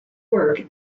work